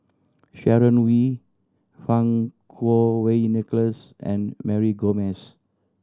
Sharon Wee Fang Kuo Wei Nicholas and Mary Gomes